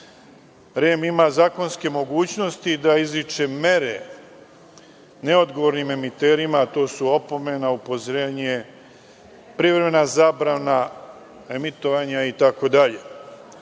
REM ima zakonske mogućnosti da izriče mere neodgovornim emiterima, a to su opomena, upozorenje, privremena zabrana emitovanja